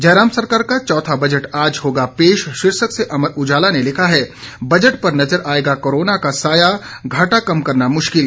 जयराम सरकार का चौथा बजट आज होगा पेश शीर्षक से अमर उजाला ने लिखा है बजट पर नजर आएगा कोरोना का साया घाटा कम करना मुश्किल